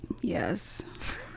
yes